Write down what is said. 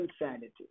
insanity